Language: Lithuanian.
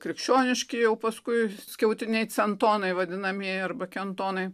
krikščioniški jau paskui skiautiniai centonai vadinamieji arba kentonai